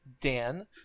dan